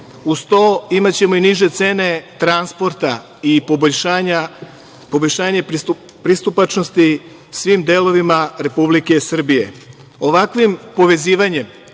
Uz to, imaćemo i niže cene transporta i poboljšanje pristupačnosti svim delovima Republike Srbije. Ovakvim povezivanjem